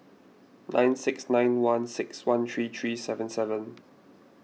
nine six nine one six one three three seven seven